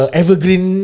evergreen